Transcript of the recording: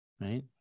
right